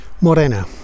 Morena